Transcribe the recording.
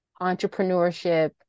entrepreneurship